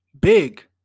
big